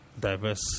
diverse